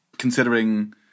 considering